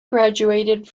graduated